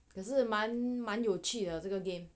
可是蛮蛮有趣的这个 game